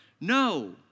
No